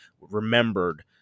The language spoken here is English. remembered